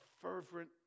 fervent